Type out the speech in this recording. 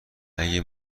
اگر